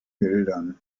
bildern